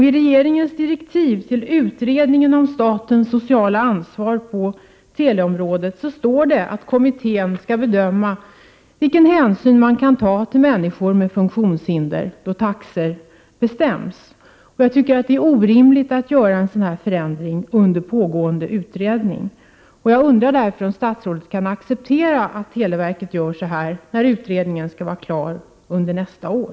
I regeringens direktiv till utredningen om statens sociala ansvar på teleområdet står det att kommittén skall bedöma vilken hänsyn man kan ta till människor med funktionshinder när taxor bestäms. Jag tycker att det är orimligt att göra en sådan här förändring under pågående utredning. Kan statsrådet acceptera att televerket gör på det här viset, när utredningen skall vara klar under nästa år?